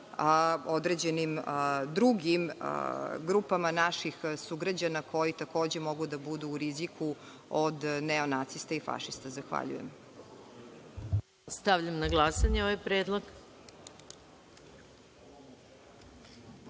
određenim drugim grupama naših sugrađana koji takođe mogu da budu u riziku od neonacista i fašista. Zahvaljujem. **Maja Gojković** Stavljam na glasanje ovaj